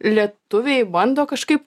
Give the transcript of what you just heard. lietuviai bando kažkaip